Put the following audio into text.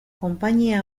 konpainia